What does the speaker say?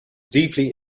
deeply